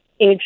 age